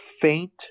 faint